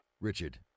Richard